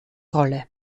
rolle